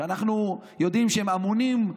אנחנו יודעים שהם אמונים,